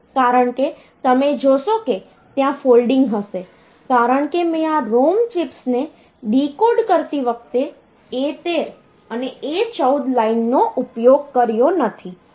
કારણ કે તમે જોશો કે ત્યાં ફોલ્ડિંગ હશે કારણ કે મેં આ ROM ચિપ્સને ડીકોડ કરતી વખતે A13 અને A14 લાઇનનો ઉપયોગ કર્યો નથી